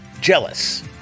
Jealous